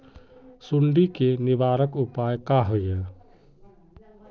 सुंडी के निवारक उपाय का होए?